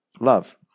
love